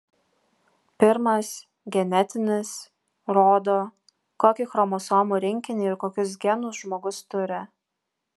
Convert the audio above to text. pirmas genetinis rodo kokį chromosomų rinkinį ir kokius genus žmogus turi